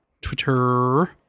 Twitter